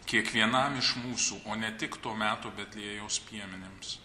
kiekvienam iš mūsų o ne tik to meto betliejaus piemenims